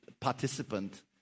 participant